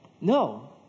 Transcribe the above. No